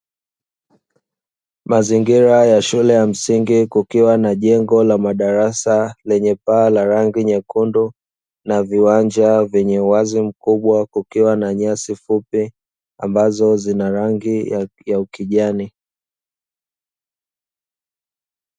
Mazingira ya shule ya msingi kukiwa na jengo la madarasa lenye paa la rangi nyekundu na viwanja vyenye uwazi mkubwa, kukiwa na nyasi fupi ambazo zina rangi ya ukijani.